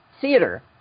theater